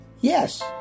Yes